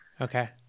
Okay